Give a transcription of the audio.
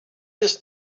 his